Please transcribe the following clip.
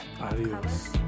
adios